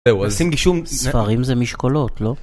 ספרים זה משקולות, לא?